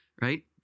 right